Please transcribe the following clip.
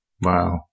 Wow